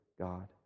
God